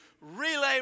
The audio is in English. relay